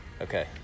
Okay